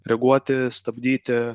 reaguoti stabdyti